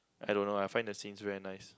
I don't know I find the scenes very nice